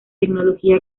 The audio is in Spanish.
tecnología